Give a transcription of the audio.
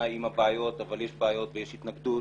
עם הבעיות אבל יש בעיות ויש התנגדות,